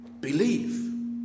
Believe